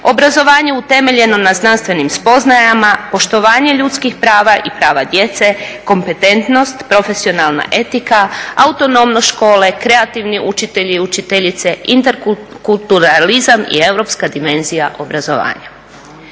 obrazovanje utemeljeno na znanstvenim spoznajama, poštovanje ljudskih prava i prava djece, kompetentnost, profesionalna etika, autonomnost škole, kreativni učitelji i učiteljice, interkulturalizam i europska dimenzija obrazovanja.